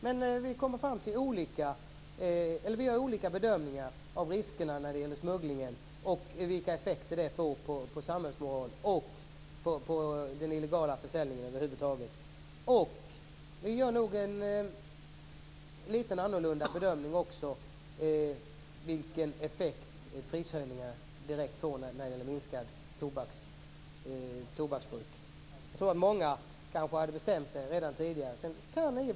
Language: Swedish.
Men vi gör olika bedömningar av riskerna med smugglingen och vilka effekter den får på samhällsmoral och på den illegala försäljningen över huvud taget. Vi gör nog också en litet annorlunda bedömning av vilken effekt prishöjningar får på ett minskat tobaksbruk. Jag tror att många kanske hade bestämt sig redan tidigare att sluta röka.